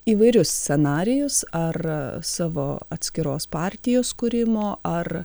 įvairius scenarijus ar savo atskiros partijos kūrimo ar